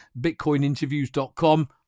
bitcoininterviews.com